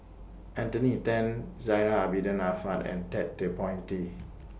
Anthony Then Zainal Abidin Ahmad and Ted De Ponti